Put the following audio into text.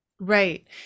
right